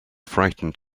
frightened